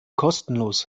kostenlos